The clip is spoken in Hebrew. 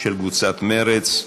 של קבוצת מרצ.